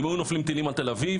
אם היו נופלים טילים על תל אביב,